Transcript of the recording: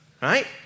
right